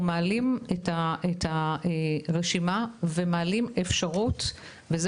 אנחנו את הרשימה ומעלים אפשרות וזה